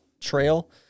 trail